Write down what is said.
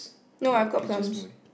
no I got plums